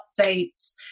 updates